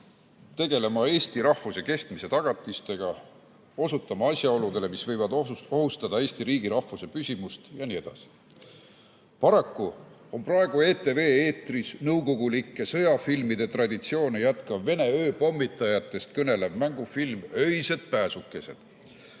eesti rahvuse kestmise tagatisi, osutama asjaoludele, mis võivad ohustada Eesti riigi ja eesti rahvuse püsimist jne. Paraku on praegu ETV eetris nõukogulike sõjafilmide traditsioone jätkav Vene ööpommitajatest kõnelev mängufilm "Öised pääsukesed".